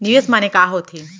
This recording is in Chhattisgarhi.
निवेश माने का होथे?